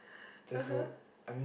(uh huh)